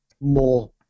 more